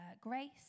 grace